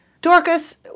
Dorcas